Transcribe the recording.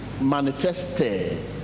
manifested